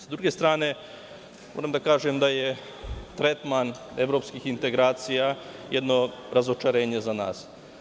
S druge strane, moram da kažem da je tretman evropskih integracija jedno razočarenje za nas.